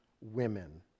women